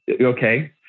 Okay